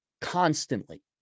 constantly